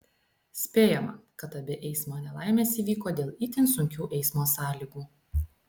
spėjama kad abi eismo nelaimės įvyko dėl itin sunkių eismo sąlygų